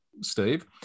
Steve